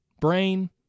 brain